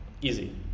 easy